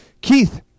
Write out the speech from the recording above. keith